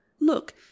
Look